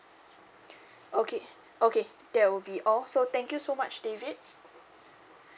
okay okay that will be all so thank you so much david